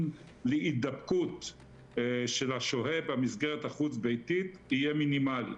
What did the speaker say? להידבקות של השוהה במסגרת החוץ-ביתית תהיה מינימלית